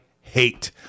hate